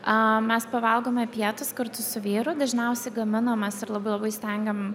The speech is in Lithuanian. a mes pavalgome pietus kartu su vyru dažniausiai gaminamės ir labai labai stengiam